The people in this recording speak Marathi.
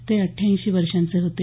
ते अट्ठ्याऐंशी वर्षांचे होते